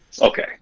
Okay